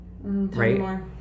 Right